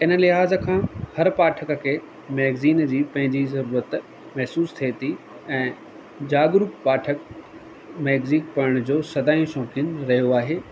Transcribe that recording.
इन लिहाज़ खां हर पाठक खे मैगज़ीन जी पंहिंजी ज़रूरत महसूस थिए थी ऐं जागरूक पाठक मैगज़ीन पढ़ण जो स दाई शौंक़ीन रहियो आहे